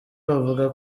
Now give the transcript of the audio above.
bavuga